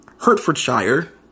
Hertfordshire